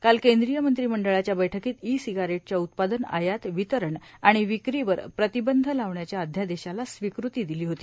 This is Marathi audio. काल केंद्रीय मंत्रिमंडळाच्या बैठकीत ई सिगारेटव्या उत्पादन आयात वितरण आणि विक्रीवर प्रतिबंघ लावण्याच्या अध्यादेशाला स्विकृती दिली होती